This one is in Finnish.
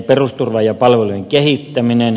perusturva ja palvelujen kehittäminen